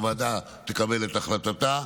הוועדה תקבל את החלטתה,